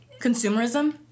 Consumerism